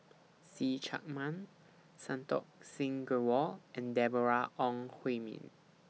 See Chak Mun Santokh Singh Grewal and Deborah Ong Hui Min